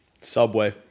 Subway